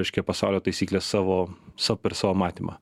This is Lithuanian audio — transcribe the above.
reiškia pasaulio taisykles savo sau per savo matymą